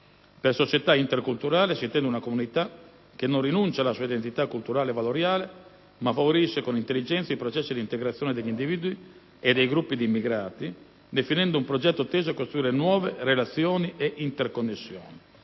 Per società interculturale si intende una comunità che non rinuncia alla sua identità culturale e valoriale, ma favorisce con intelligenza i processi d'integrazione degli individui e dei gruppi di immigrati, definendo un progetto teso a costruire nuove relazioni e interconnessioni.